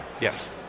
Yes